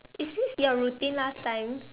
is this your routine last time